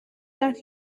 that